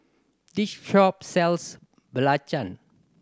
this shop sells belacan